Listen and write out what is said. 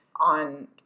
on